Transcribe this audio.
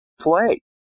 play